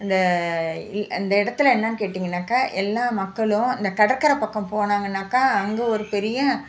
அந்த அந்த இடத்துல என்னென்னு கேட்டிடீங்கன்னாக்கா எல்லா மக்களும் இந்த கடற்கரை பக்கம் போனாங்கன்னாக்கா அங்கே ஒரு பெரிய